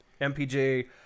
MPJ